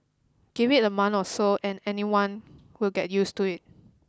give it a month or so and anyone will get used to it